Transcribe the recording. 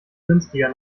günstiger